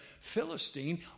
Philistine